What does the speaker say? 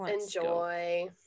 Enjoy